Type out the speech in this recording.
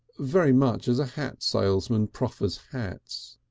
very much as a hat salesman proffers hats.